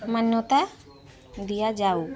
ମାନ୍ୟତା ଦିଆଯାଉ